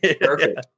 Perfect